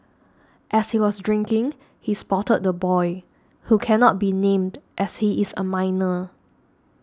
as he was drinking he spotted the boy who cannot be named as he is a minor